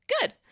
Good